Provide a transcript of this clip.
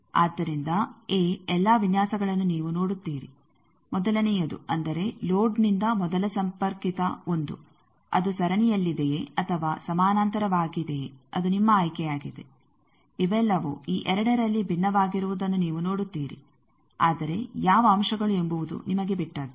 ಆದ್ದರಿಂದ ಎ ಎಲ್ಲಾ ವಿನ್ಯಾಸಗಳನ್ನು ನೀವು ನೋಡುತ್ತೀರಿ ಮೊದಲನೆಯದು ಅಂದರೆ ಲೋಡ್ನಿಂದ ಮೊದಲ ಸಂಪರ್ಕಿತ 1 ಅದು ಸರಣಿಯಲ್ಲಿದೆಯೇ ಅಥವಾ ಸಮಾನಾಂತರವಾಗಿದೆಯೇ ಅದು ನಿಮ್ಮ ಆಯ್ಕೆಯಾಗಿದೆ ಇವೆಲ್ಲವೂ ಈ ಎರಡರಲ್ಲಿ ಭಿನ್ನವಾಗಿರುವುದನ್ನು ನೀವು ನೋಡುತ್ತೀರಿ ಆದರೆ ಯಾವ ಅಂಶಗಳು ಎಂಬುವುದು ನಿಮಗೆ ಬಿಟ್ಟದ್ದು